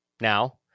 now